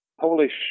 Polish